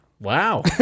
Wow